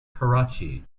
karachi